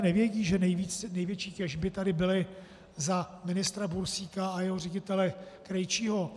Nevědí, že největší těžby tady byly za ministra Bursíka a jeho ředitele Krejčího.